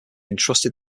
entrusted